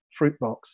Fruitbox